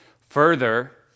Further